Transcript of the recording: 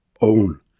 own